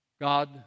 God